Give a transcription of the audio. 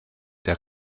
der